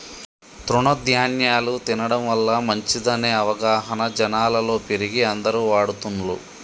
తృణ ధ్యాన్యాలు తినడం వల్ల మంచిదనే అవగాహన జనాలలో పెరిగి అందరు వాడుతున్లు